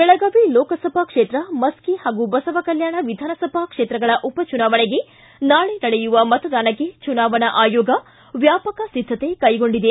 ಬೆಳಗಾವಿ ಲೋಕಸಭಾ ಕ್ಷೇತ್ರ ಮಶ್ಯಿ ಪಾಗೂ ಬಸವಕಲ್ಕಾಣ ವಿಧಾನಸಭಾ ಕ್ಷೇತ್ರಗಳ ಉಪಚುನಾವಣೆಗೆ ನಾಳೆ ನಡೆಯುವ ಮತದಾನಕ್ಕೆ ಚುನಾವಣಾ ಆಯೋಗ ವ್ಯಾಪಕ ಸಿದ್ಧಕೆ ಕೈಗೊಂಡಿದೆ